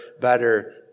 better